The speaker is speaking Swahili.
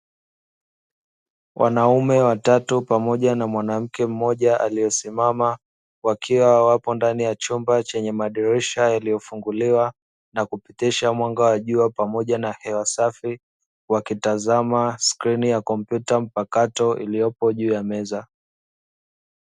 Wanaume watatu pamoja na mwanamke mmoja aliyesimama wakiwa wapo ndani ya chumba chenye madirisha yaliyofunguliwa, na kupitisha mwanga wa jua pamoja na hewa safi wakitazama skrini ya kompyuta mpakato, iliyopo juu ya meza.